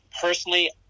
personally